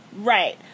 Right